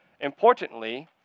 importantly